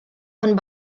von